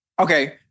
Okay